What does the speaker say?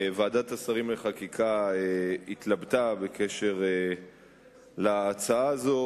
ועדת השרים לחקיקה התלבטה בקשר להצעה הזאת